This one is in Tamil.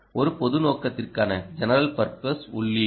ஒரு பொது நோக்கத்திற்கான உள்ளீடு